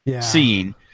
seeing